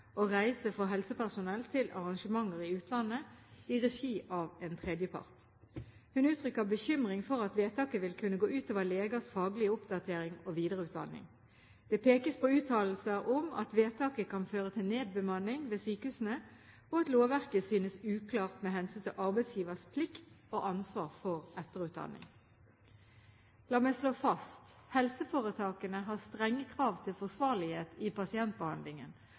reise for helsepersonell til arrangementer i utlandet i regi av en tredjepart. Hun uttrykker bekymring for at vedtaket vil kunne gå ut over legers faglige oppdatering og videreutdanning. Det pekes på uttalelser om at vedtaket kan føre til nedbemanning ved sykehusene, og at lovverket synes uklart med hensyn til arbeidsgivers plikt og ansvar for etterutdanning. La meg slå fast: Helseforetakene har strenge krav til forsvarlighet i pasientbehandlingen,